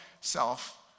self